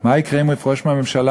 מה יקרה אם הוא יפרוש מהממשלה?